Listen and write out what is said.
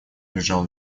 лежал